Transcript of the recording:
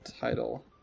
title